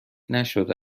نشده